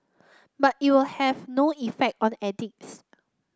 but it will have no effect on the addicts